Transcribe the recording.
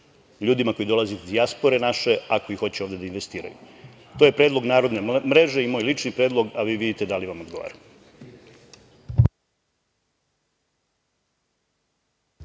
ljudima koji dolaze iz dijaspore naše, a koji hoće ovde da investiraju. To je predlog „Narodne mreže“ i moj lični predlog, a vi vidite da li vam odgovara.